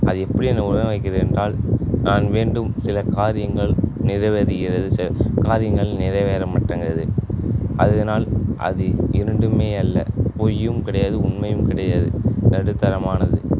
அது எப்படி என்ன உணர வைக்கிறது என்றால் நான் வேண்டும் சில காரியங்கள் நிறைவடைகிறது சில காரியங்கள் நிறைவேற மாட்டேங்குது அதனால் அது இரண்டுமே அல்ல பொய்யும் கிடையாது உண்மையும் கிடையாது நடுத்தரமானது